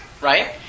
right